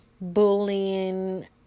bullying